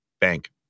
bank